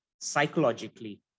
psychologically